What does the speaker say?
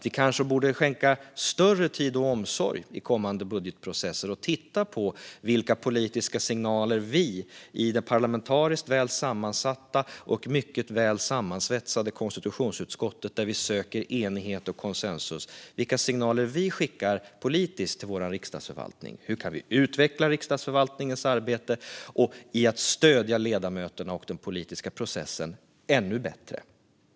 Vi borde kanske skänka mer tid och större omsorg i kommande budgetprocesser åt vilka politiska signaler vi i det parlamentariskt väl sammansatta och mycket väl sammansvetsade konstitutionsutskottet, där vi söker enighet och konsensus, skickar till Riksdagsförvaltningen. Hur kan Riksdagsförvaltningens arbete med att stödja ledamöterna och de politiska processerna utvecklas och bli ännu bättre?